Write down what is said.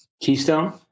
keystone